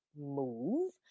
Move